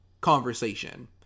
conversation